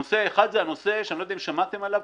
נושא אחד זה הנושא שאני לא יודע אם שמעתם עליו,